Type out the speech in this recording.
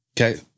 Okay